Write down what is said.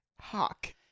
Hawk